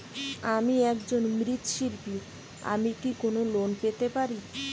আমি একজন মৃৎ শিল্পী আমি কি কোন লোন পেতে পারি?